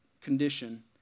condition